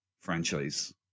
franchise